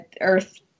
Earth